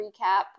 recap